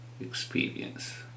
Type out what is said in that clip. experience